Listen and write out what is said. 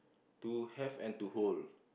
to have and to hold